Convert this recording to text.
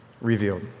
revealed